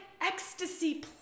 ecstasy